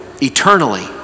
eternally